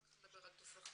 אחר כך נדבר על תוספות.